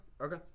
okay